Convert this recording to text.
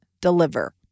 deliver